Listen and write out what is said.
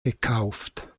gekauft